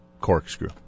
corkscrew